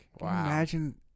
imagine